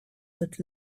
that